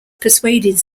persuaded